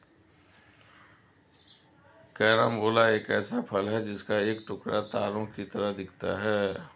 carambola एक ऐसा फल है जिसका एक टुकड़ा तारों की तरह दिखता है